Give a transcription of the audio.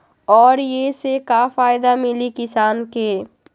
और ये से का फायदा मिली किसान के?